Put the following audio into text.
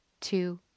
two